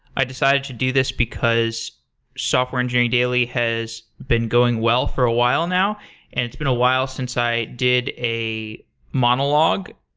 i decided to do this because software engineering daily has been going well for a while now and it's been a while since i did a monologue.